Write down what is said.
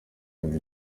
ibi